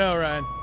so right.